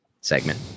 segment